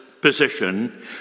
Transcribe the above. position